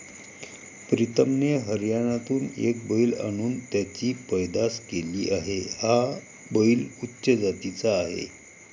प्रीतमने हरियाणातून एक बैल आणून त्याची पैदास केली आहे, हा बैल उच्च जातीचा आहे